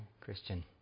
Christian